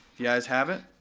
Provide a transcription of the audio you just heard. the ayes have it.